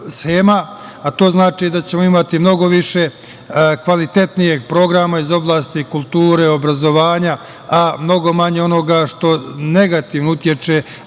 a to znači da ćemo imati mnogo više kvalitetnijeg programa iz oblasti kulture, obrazovanja, a mnogo manje onoga što negativno utiče